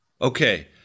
Okay